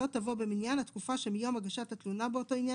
לא תבוא במניין התקופה שמיום הגשת תלונה באותו עניין